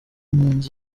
mpunzi